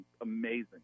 amazing